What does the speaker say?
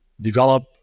develop